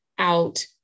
out